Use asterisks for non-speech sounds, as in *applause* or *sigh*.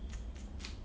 *noise*